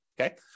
okay